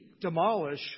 demolish